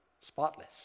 spotless